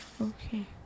Okay